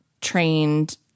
trained